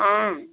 অঁ